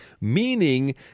meaning